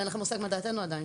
אין לכם מושג מה דעתנו עדיין.